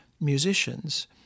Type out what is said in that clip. musicians